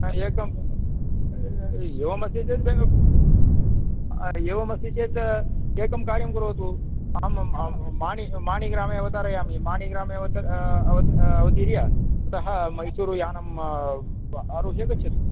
आ एकं एवमस्ति चेत् बेङ्ग् एवमस्ति चेत् एकं कार्यं करोतु आम् आम् माणि ग्रामे अवतारयामि माणिग्रामे अव अव अवतीर्य अवतीर्य ततः मैसूरु यानं आरुह्य गच्छतु